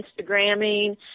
Instagramming